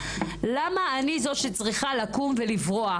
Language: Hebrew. למה אני זו שצריכה לקום ולברוח?